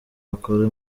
bakora